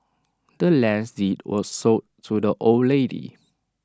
the land's deed was sold to the old lady